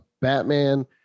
batman